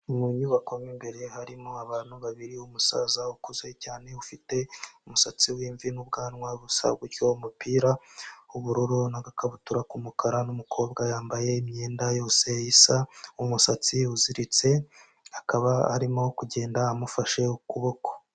Mu nyubako imbere harimo abantu babiri umusaza ukuze cyane ufite umusatsi wimvi n'ubwanwa busa gutyo, umupira w'ubururu n'agakabutura k'umukara n'umukobwa yambaye imyenda yose isa n'umusatsi uziritse akaba arimo kugenda amufashe ukuboko.